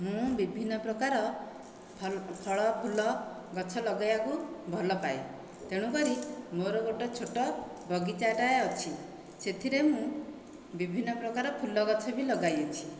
ମୁଁ ବିଭିନ୍ନ ପ୍ରକାର ଫଲ୍ ଫଳ ଫୁଲ ଗଛ ଲଗେଇବାକୁ ଭଲ ପାଏ ତେଣୁ କରି ମୋର ଗୋଟିଏ ଛୋଟ ବଗିଚାଟାଏ ଅଛି ସେଥିରେ ମୁଁ ବିଭିନ୍ନ ପ୍ରକାର ଫୁଲ ଗଛ ବି ଲଗାଇ ଅଛି